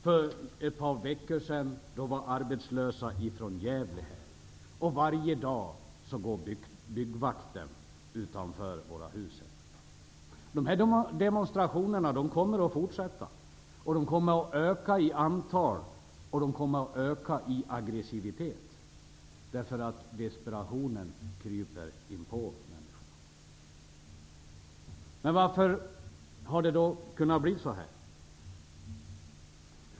För ett par veckor sedan var arbetslösa från Gävle här. Varje dag går byggvakten utanför riksdagens hus. Dessa demonstrationer kommer att fortsätta. De kommer att öka i antal, och de kommer att öka i aggressivitet, eftersom desperationen kryper inpå människorna. Hur har det kunnat bli så här?